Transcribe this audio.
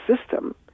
system